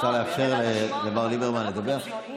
אפשר לאפשר למר ליברמן לדבר?